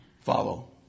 Follow